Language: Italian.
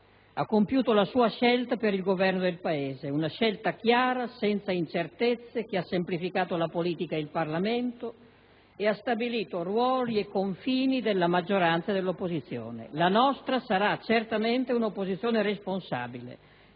ha compiuto la sua scelta per il Governo del Paese: una scelta chiara, senza incertezze, che ha semplificato la politica e il Parlamento ed ha stabilito ruoli e confini della maggioranza e dell'opposizione. La nostra sarà certamente un'opposizione responsabile,